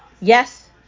Yes